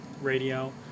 radio